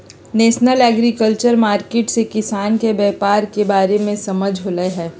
national agriculture market से किसान के व्यापार के बारे में समझ होलई ह